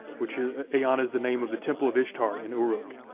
which is eanna's the name of the temple of ishtar in uruk.